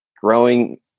growing